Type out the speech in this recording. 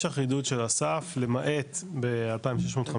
יש אחידות של הסף, למעט ב-2650,